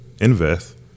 invest